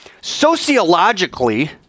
sociologically